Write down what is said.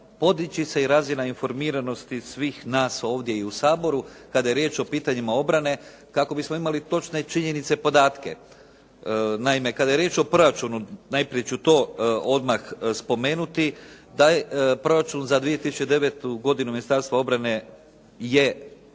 podići se i razina informiranosti svih nas ovdje i u Saboru, kada je riječ o pitanjima obrane kako bismo imali točne činjenice i podatke. Naime, kada je riječ o proračunu, najprije ću to odmah spomenuti, taj proračun za 2009. Ministarstva obrane je